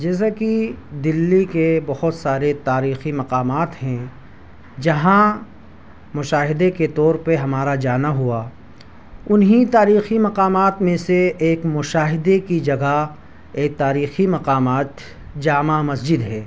جیسا کہ دلّی کے بہت سارے تاریخی مقامات ہیں جہاں مشاہدے کے طور پہ ہمارا جانا ہوا انہیں تاریخی مقامات میں سے ایک مشاہدے کی جگہ ایک تاریخی مقامات جامع مسجد ہے